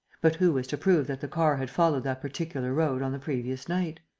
but who was to prove that the car had followed that particular road on the previous night?